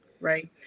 right